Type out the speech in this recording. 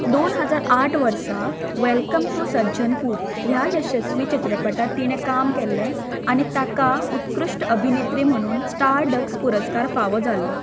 दोन हजार आठ वर्सा वेलकम टू सज्जनपूर ह्या यशस्वी चित्रपटांत तिणें काम केलें आनी ताका उत्कृश्ट अभिनेत्री म्हणून स्टारडस्ट पुरस्कार फावो जाल्लो